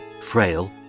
frail